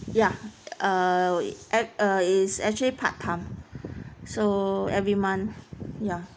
ya err uh at uh it's actually part time so every month ya